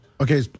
Okay